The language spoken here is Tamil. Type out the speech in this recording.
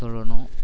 சொல்லணும்